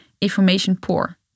information-poor